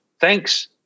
Thanks